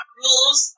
rules